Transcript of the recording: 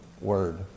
word